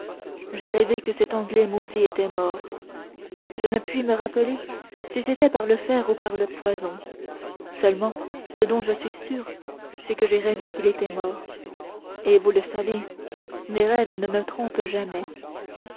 j'ai rêvé que cet anglais maudit était mort je ne puis me rappeler si c'était par le fer ou par le poison seulement ce dont je suis sûr c'est que j'ai rêvé qu'il était mort et vous le savez mes rêves ne me trompent jamais